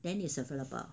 then is available